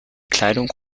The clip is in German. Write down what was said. kleidung